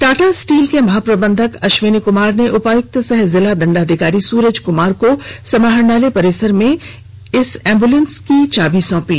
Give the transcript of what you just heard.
Tata Steel के महाप्रबंधक अश्वनी कुमार ने उपायुक्त सह जिला दण्डाधिकारी सुरज कुमार को समाहरणालय परिसर में इस एम्बुलेंस की चाबी सौंपी